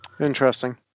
Interesting